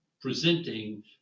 presenting